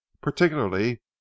particularly